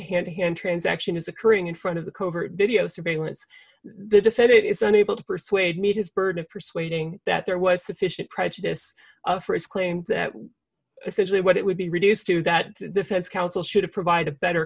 hand to hand transaction is occurring in front of the covert video surveillance they defend it is unable to persuade me his burden of persuading that there was sufficient prejudice for his claim that essentially what it would be reduced to that defense counsel should have provided a better